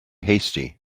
hasty